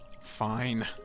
Fine